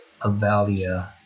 Avalia